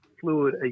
fluid